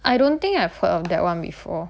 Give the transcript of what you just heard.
I don't think I've heard of that one before